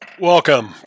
welcome